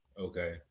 Okay